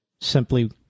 simply